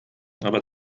aber